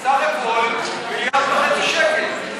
בסך הכול 1.5 מיליארד שקל.